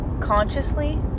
consciously